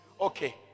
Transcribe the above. Okay